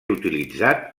utilitzat